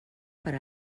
per